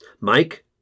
Mike